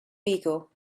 beagle